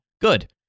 Good